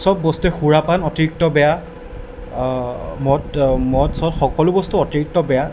চব বস্তুৱেই সুৰাপান অতিৰিক্ত বেয়া মদ মদ চদ সকলো বস্তু অতিৰিক্ত বেয়া